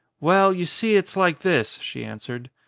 well, you see, it's like this, she answered.